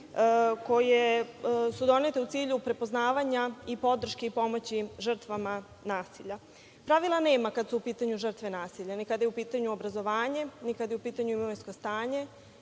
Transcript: koje su donete u cilju prepoznavanja i podrške i pomoći žrtvama nasilja. Pravila nema kada su u pitanju žrtve nasilja, ni kada je u pitanju obrazovanje, ni kada je u pitanju imovinsko stanje,